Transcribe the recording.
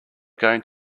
going